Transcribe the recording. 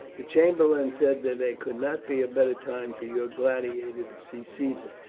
the chamberlain said that there could not be a better time for your gladiator to see caesar,